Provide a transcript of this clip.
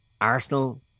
Arsenal